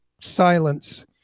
Silence